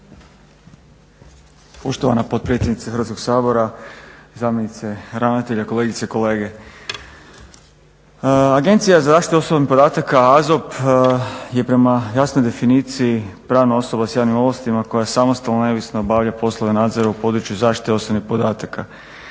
Poštovana potpredsjednice Hrvatskog sabora, zamjenice ravnatelja, kolegice i kolege. AZOP je prema jasnoj definicija pravna osoba s javnim ovlastima koja samostalno i neovisno obavlja poslove nadzora u području zaštite osobnih podataka.